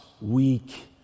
Weak